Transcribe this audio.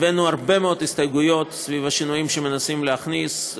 הבאנו הרבה מאוד הסתייגויות סביב השינויים שמנסים להכניס.